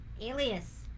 Alias